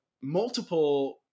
multiple